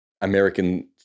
American